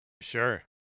Sure